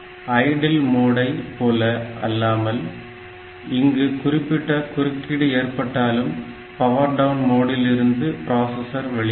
idle மோடை போல அல்லாமல் இங்கு குறிப்பிட்ட குறுக்கீடு ஏற்பட்டாலும் பவர் டவுன் மோடில் இருந்து பிராசஸர் வெளியேறும்